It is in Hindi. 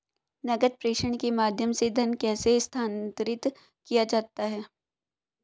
नकद प्रेषण के माध्यम से धन कैसे स्थानांतरित किया जाता है?